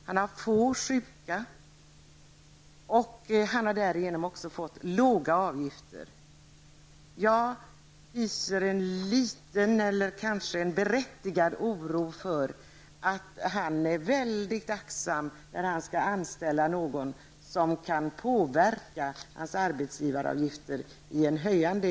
Han har få sjuka och han har därigenom också fått låga avgifter. Jag hyser en berättigad oro för att denna arbetsgivare är mycket aktsam när han skall anställa någon som kan bidra till att arbetsgivaravgifterna höjs.